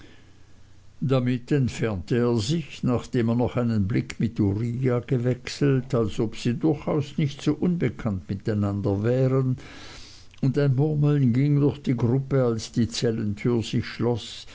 damit entfernte er sich nachdem er noch einen blick mit uriah gewechselt als ob sie durchaus nicht so unbekannt miteinander wären und ein murmeln ging durch die gruppe als die zellentür sich schloß